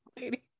lady